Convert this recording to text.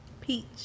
peach